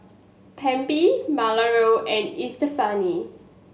Malorie and Estefani